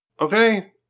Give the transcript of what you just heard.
Okay